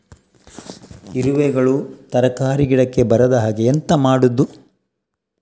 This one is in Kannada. ಇರುವೆಗಳು ತರಕಾರಿ ಗಿಡಕ್ಕೆ ಬರದ ಹಾಗೆ ಎಂತ ಮಾಡುದು?